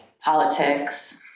politics